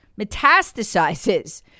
metastasizes